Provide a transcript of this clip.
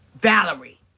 Valerie